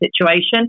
situation